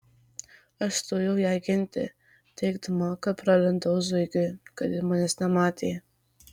aš stojau ją ginti teigdama kad pralindau zuikiu kad jį manęs nematė